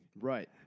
Right